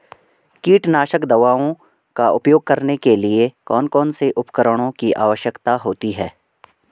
कीटनाशक दवाओं का उपयोग करने के लिए कौन कौन से उपकरणों की आवश्यकता होती है?